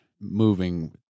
Moving